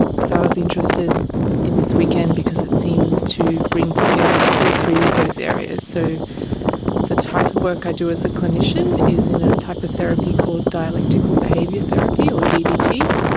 so i was interested in this weekend because it seems to bring together all three of those areas. so the type of work i do as a clinician is in a type of therapy called dialectical behaviour therapy or dbt,